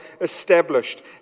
established